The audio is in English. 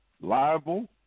liable